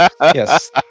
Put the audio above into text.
Yes